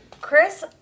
Chris